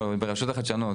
לא, ברשות החדשנות.